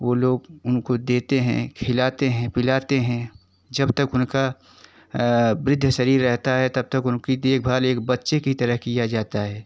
वो लोग उनको देते हैं खिलाते हैं पिलाते हैं जब तक उनका वृद्ध शरीर रहता है तब तक उनकी देखभाल एक बच्चे की तरह की जाती है